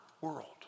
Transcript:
world